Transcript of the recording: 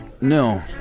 No